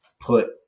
put